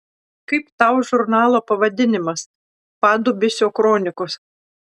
kaip tau žurnalo pavadinimas padubysio kronikos